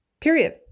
period